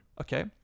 okay